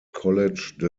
college